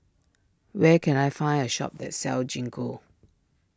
where can I find a shop that sells Gingko